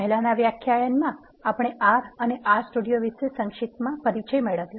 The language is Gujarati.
પહેલાનાં વ્યાખ્યાનમાં આપણે R અને R સ્ટુડિયો વિશે સંક્ષિપ્તમાં પરિચય આપ્યું